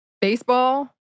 Baseball